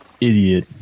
Idiot